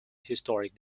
historic